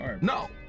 No